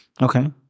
Okay